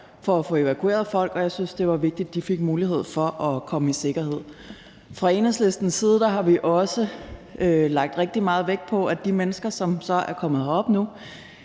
i at få evakueret folk, og jeg synes, det var vigtigt, at de fik mulighed for at komme i sikkerhed. Fra Enhedslistens side har vi også lagt rigtig meget vægt på, at de mennesker, som så er kommet herop nu,